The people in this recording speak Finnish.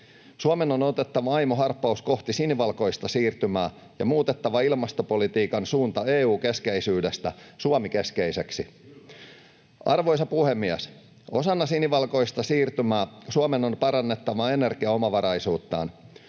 Suomen on otettava aimo harppaus kohti sinivalkoista siirtymää ja muutettava ilmastopolitiikan suunta EU-keskeisyydestä Suomi-keskeiseksi. [Mikko Lundén: Kyllä!] Arvoisa puhemies! Osana sinivalkoista siirtymää Suomen on parannettava energiaomavaraisuuttaan.